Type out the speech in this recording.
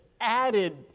added